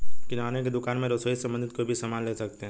किराने की दुकान में रसोई से संबंधित कोई भी सामान ले सकते हैं